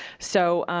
so,